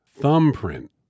thumbprint